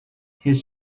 his